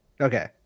Okay